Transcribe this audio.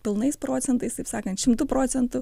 pilnais procentais taip sakant šimtu procentų